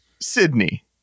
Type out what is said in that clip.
Sydney